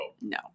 no